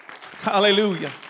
Hallelujah